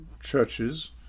churches